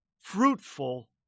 fruitful